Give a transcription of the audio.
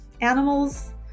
animals